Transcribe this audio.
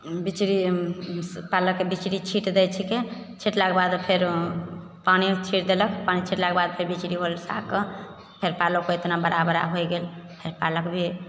बिचड़ी पालकके बिचड़ी छीट दै छिकै छिटलाके बाद फेर पानि छीट देलक पानि छिटलाके बाद फेर बिचड़ी होएल लाकऽ फेर पालको एतना बड़ा बड़ा होइ गेल फेर पालक भी